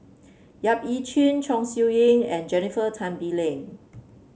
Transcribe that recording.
Yap Ee Chian Chong Siew Ying and Jennifer Tan Bee Leng